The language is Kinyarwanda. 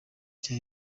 cya